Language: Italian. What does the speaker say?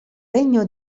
regno